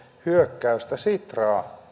hyökkäystä sitraa